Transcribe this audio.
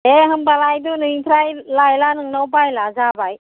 दे होनबालाय दिनैनिफ्राय लायला नोंनाव बायला जाबाय